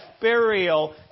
burial